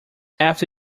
after